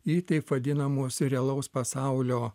į taip vadinamus realaus pasaulio